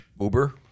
Uber